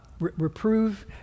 Reprove